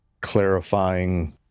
clarifying